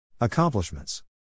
Accomplishments